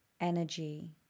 energy